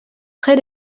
très